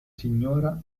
signora